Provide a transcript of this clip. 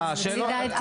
אני שואל על תושבי הדרום.